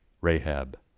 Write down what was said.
Rahab